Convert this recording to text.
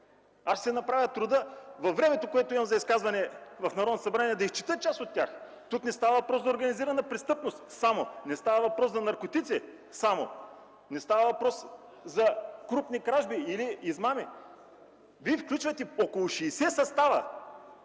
Ще си направя труда във времето, което имам за изказване в Народното събрание, да изчета част от тях! Тук не става въпрос за организирана престъпност само, не става въпрос за наркотици само, не става въпрос за крупни кражби или измами! Вие включвате около 60 състава